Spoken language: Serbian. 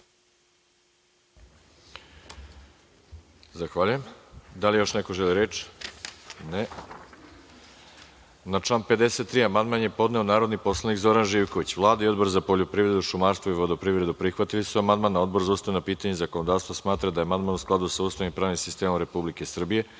Zahvaljujem. Da li još neko želi reč? (Ne.)Na član 53. amandman je podneo narodni poslanik Zoran Živković. Vlada i Odbor za poljoprivredu, šumarstvo i vodoprivredu prihvatili su amandman. Odbor za ustavna pitanja i zakonodavstvo smatra da je amandman u skladu sa Ustavom i pravnim sistemom Republike